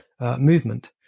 movement